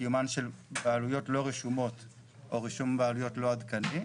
וקיומן של בעלויות לא רשומות או רישום בעלויות לא עדכני,